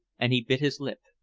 and he bit his lip.